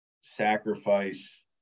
sacrifice